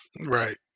Right